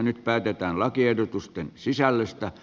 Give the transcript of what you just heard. nyt päätetään lakiehdotusten sisällöstä